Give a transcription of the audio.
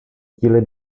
díly